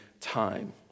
time